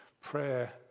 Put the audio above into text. prayer